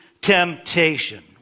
temptation